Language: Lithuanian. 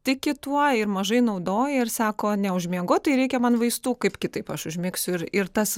tiki tuo ir mažai naudoja ir sako neužmiegu tai reikia man vaistų kaip kitaip aš užmigsiu ir ir tas